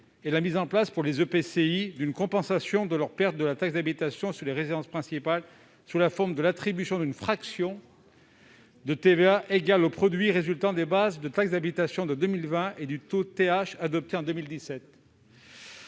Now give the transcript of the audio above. coopération intercommunale (EPCI) d'une compensation de leurs pertes de taxe d'habitation sur les résidences principales, sous la forme de l'attribution d'une fraction de TVA égale au produit résultant des bases de taxe d'habitation de 2020 et du taux de taxe